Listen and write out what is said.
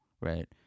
right